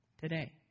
Today